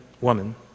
woman